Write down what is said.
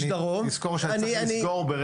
אני אתן דוגמה.